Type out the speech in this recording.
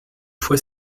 fois